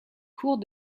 cours